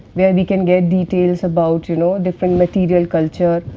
where we can get details about, you know, different material culture,